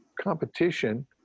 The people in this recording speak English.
competition